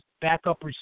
backup